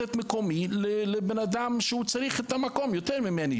את מקומי לבן אדם שהוא צריך את המקום יותר ממני,